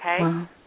okay